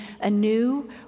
anew